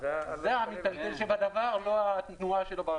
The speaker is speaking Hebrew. זה המיטלטל שבדבר, לא התנועה שלו.